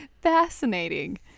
fascinating